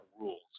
rules